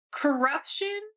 Corruption